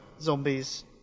zombies